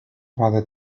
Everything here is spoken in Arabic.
بعد